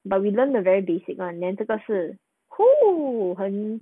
but we learn the very basic [one] then 这个是 很